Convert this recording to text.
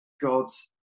God's